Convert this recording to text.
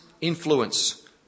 influence